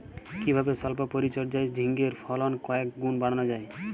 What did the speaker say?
কিভাবে সল্প পরিচর্যায় ঝিঙ্গের ফলন কয়েক গুণ বাড়ানো যায়?